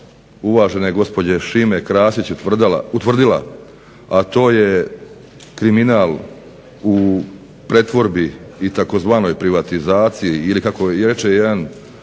uvažene gospođe Šime Krasić utvrdila, a to je kriminal u pretvorbi i tzv. "privatizaciji" ili kako reče jedan